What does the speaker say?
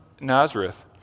Nazareth